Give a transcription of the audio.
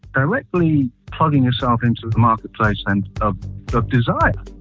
directly putting yourself into the marketplace and a desire